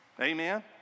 Amen